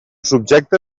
subjecte